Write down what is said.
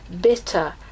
bitter